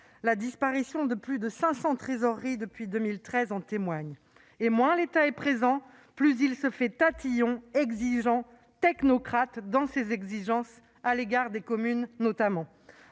la disparition de plus de 500 trésoreries depuis 2013. Or, moins l'État est présent, plus il se fait tatillon, exigeant et technocrate, à l'égard des communes notamment.